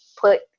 put